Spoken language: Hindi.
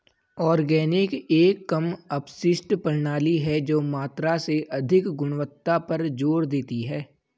ऑर्गेनिक एक कम अपशिष्ट प्रणाली है जो मात्रा से अधिक गुणवत्ता पर जोर देती है